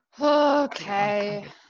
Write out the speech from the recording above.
okay